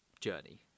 journey